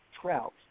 trout